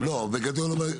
לא, בגדול.